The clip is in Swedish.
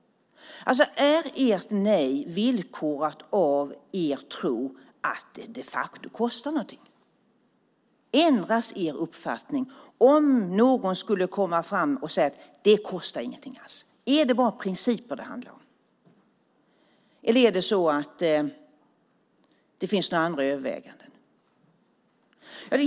Är ert nej villkorat av er tro att det de facto kostar någonting? Ändras er uppfattning om någon skulle komma fram och säga att det inte kostar någonting alls? Är det bara principer det handlar om, eller är det så att det finns några andra överväganden?